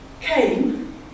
came